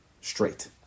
straight